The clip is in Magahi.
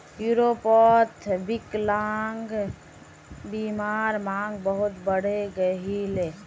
यूरोपोत विक्लान्ग्बीमार मांग बहुत बढ़े गहिये